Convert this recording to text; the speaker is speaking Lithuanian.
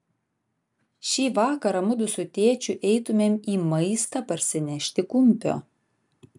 šį vakarą mudu su tėčiu eitumėm į maistą parsinešti kumpio